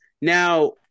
now